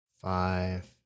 five